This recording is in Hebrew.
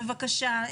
בבקשה.